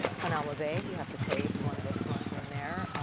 hanauma bay, you have to pay if you want to go snorkeling there.